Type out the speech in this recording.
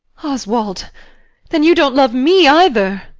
oswald then you don't love me, either!